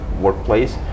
workplace